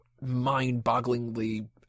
mind-bogglingly